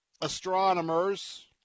astronomers